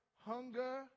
hunger